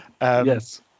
Yes